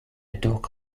dock